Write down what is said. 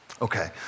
Okay